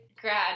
grad